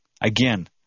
again